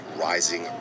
rising